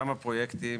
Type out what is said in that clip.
כמה פרויקטים,